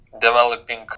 developing